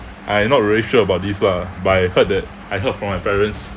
I not really sure about this lah but I heard that I heard from my parents